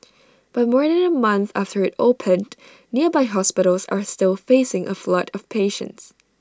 but more than A month after IT opened nearby hospitals are still facing A flood of patients